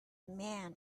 man